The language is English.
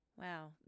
wow